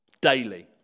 Daily